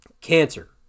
Cancer